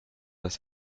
das